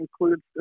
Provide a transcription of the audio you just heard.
includes